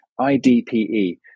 IDPE